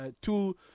two